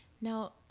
Now